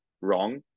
wrong